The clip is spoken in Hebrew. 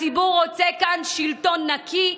הציבור רוצה כאן שלטון נקי,